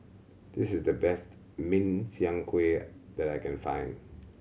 this is the best Min Chiang Kueh that I can find